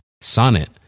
Sonnet